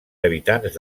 habitants